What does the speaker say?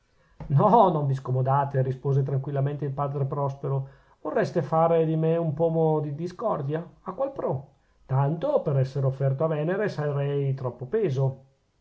no non vi scomodate rispose tranquillamente il padre prospero vorreste fare di me un pomo di discordia a qual pro tanto per essere offerto a venere sarei troppo peso